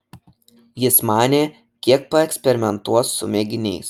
jis manė kiek paeksperimentuos su mėginiais